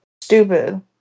Stupid